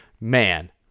man